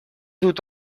dut